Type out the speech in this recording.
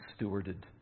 stewarded